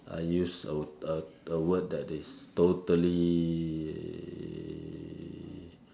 I use a a a word that is totally